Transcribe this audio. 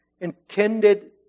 intended